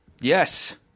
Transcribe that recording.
Yes